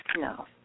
No